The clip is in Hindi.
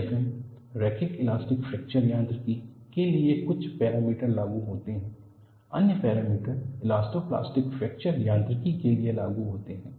LEFM रैखिक इलास्टिक फ्रैक्चर यांत्रिकी के लिए कुछ पैरामीटर लागू होते हैं और अन्य पैरामीटर इलास्टो प्लास्टिक फ्रैक्चर यांत्रिकी के लिए लागू होते हैं